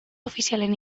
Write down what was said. ofizialen